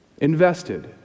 invested